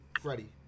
Freddie